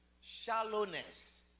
shallowness